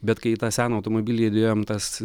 bet kai į tą seną automobilį įdėjom tas